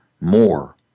more